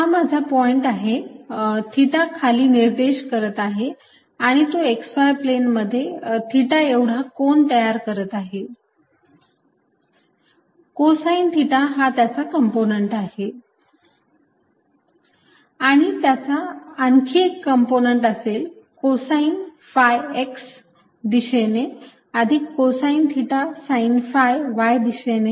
हा माझा पॉईंट आहे थिटा खाली निर्देश करत आहे आणि तो x y प्लेन मध्ये थिटा एवढा कोन तयार करत आहे कोसाइन थिटा हा त्याचा कंपोनंट आहे आणि त्याचा आणखी एक कंपोनंट असेल कोसाइन phi X दिशेने अधिक cosine theta sine phi y दिशेने